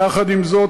עם זאת,